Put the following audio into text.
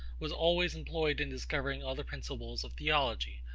was always employed in discovering all the principles of theology,